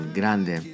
grande